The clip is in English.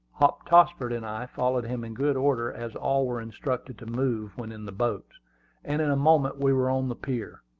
hop tossford and i followed him in good order, as all were instructed to move when in the boats and in a moment we were on the pier.